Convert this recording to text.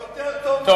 יותר טוב,